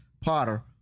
potter